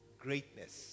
greatness